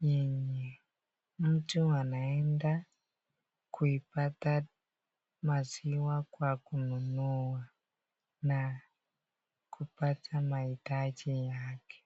yenye mtu anaenda kuipata maziwa kwa kununua na kupata mahitaji yake.